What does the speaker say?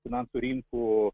finansų rinkų